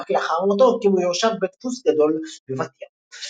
ורק לאחר מותו הקימו יורשיו בית דפוס גדול בבת ים.